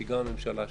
שהיא גם הממשלה שלי,